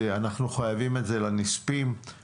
אנחנו חייבים את זה לנספים,